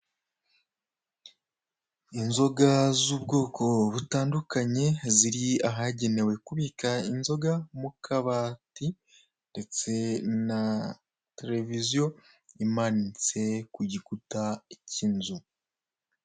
Inzoga z'ubwoko butandukanye ziri ahagenewe kubika mu kabati, ndetse na televiziyo manitse ku gikuta k'inzu.